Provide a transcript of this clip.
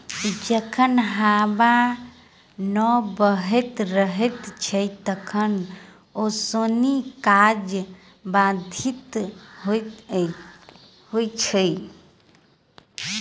जखन हबा नै बहैत रहैत छै तखन ओसौनी काज बाधित होइत छै